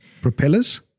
propellers